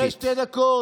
לפני שתי דקות,